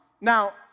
Now